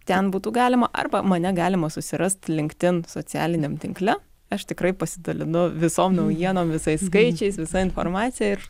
ten būtų galima arba mane galima susirast linkedin socialiniam tinkle aš tikrai pasidalinu visom naujienom visais skaičiais visa informacija ir